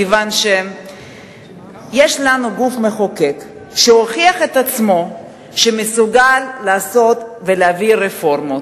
כיוון שיש לנו גוף מחוקק שהוכיח את עצמו שמסוגל לעשות ולהביא רפורמות,